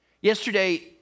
Yesterday